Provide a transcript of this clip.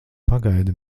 pagaidi